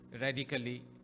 radically